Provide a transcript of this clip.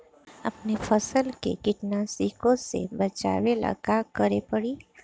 अपने फसल के कीटनाशको से बचावेला का करे परी?